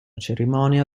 cerimonia